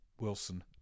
Wilson